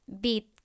bit